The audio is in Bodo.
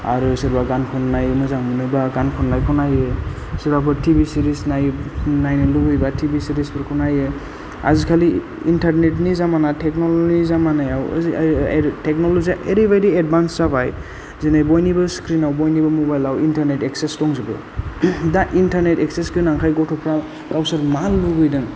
आरो सोरबा गान खननाय मोजां मोनोबा गान खननायखौ नायो सोरबाफोर टि भि सिरिस नायो नायनो लुगैबा टिभि सिरिसफोरखौ नायो आजिखालि इन्टार्नेटनि जामाना टेकनलजिनि जामानायाव टेकनलजिया एरैबायदि एडभान्स जाबाय दिनै बयनिबो स्क्रिनाव बयनिबो मबाइलाव इन्टारनेट एक्सेस दंजोबो दा इन्टार्नेट एक्सेस गोनांखाय गथ'फ्रा गावसोर मा लुबैदों